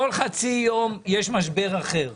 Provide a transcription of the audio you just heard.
אנחנו עוברים לסדר היום בלי לקבל תשובה על העובדים?